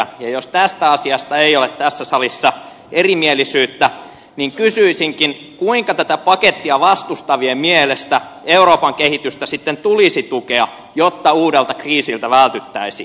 ja jos tästä asiasta ei ole tässä salissa erimielisyyttä niin kysyisinkin kuinka tätä pakettia vastustavien mielestä euroopan kehitystä sitten tulisi tukea jotta uudelta kriisiltä vältyttäisiin